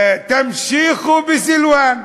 תמשיכו בסילואן.